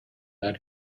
add